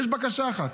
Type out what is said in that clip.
יש בקשה אחת,